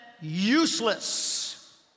useless